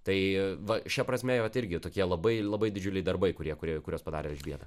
tai va šia prasme vat irgi tokie labai labai didžiuliai darbai kurie kurie kuriuos padarė elžbieta